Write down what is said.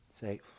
say